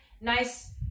nice